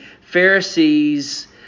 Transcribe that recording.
Pharisees